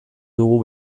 dugu